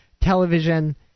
television